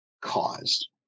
caused